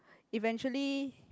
eventually